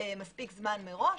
מספיק זמן מראש.